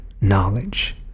knowledge